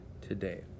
today